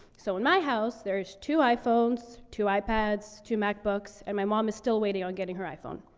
so in my house, there is two iphones, two ipads, two macbooks, and my mom is still waiting on getting her iphone.